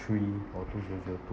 three or two zero zero two